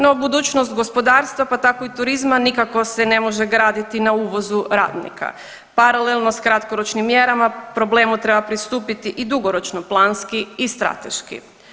No budućnost gospodarstva, pa tako i turizma nikako se ne može graditi na uvozu radnika, paralelno s kratkoročnim mjerama problemu treba pristupiti i dugoročno planski i strateški.